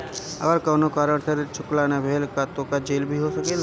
अगर कौनो कारण से ऋण चुकता न भेल तो का जेल भी हो सकेला?